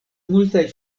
multaj